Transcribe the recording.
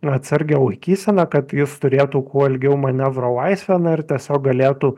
atsargią laikyseną kad jis turėtų kuo ilgiau manevro laisvę na ir tiesiog galėtų